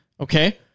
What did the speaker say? Okay